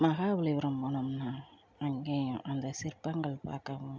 மகாபலிபுரம் போகணும்னா அங்கேயும் அந்த சிற்பங்கள் பார்க்கவும்